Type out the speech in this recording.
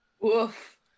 Woof